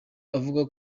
avuga